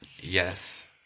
Yes